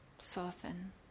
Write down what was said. soften